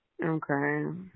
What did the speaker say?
Okay